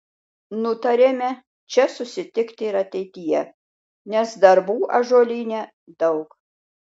nutarėme čia susitikti ir ateityje nes darbų ąžuolyne daug